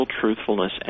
truthfulness